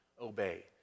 obey